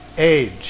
age